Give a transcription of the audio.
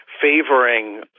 favoring